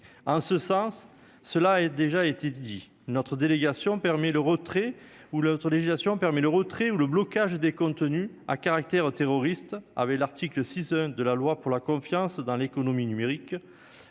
permis le retrait ou l'autre législation permet le retrait ou le blocage des contenus à caractère terroriste avait l'article 6 1 de la loi pour la confiance dans l'économie numérique,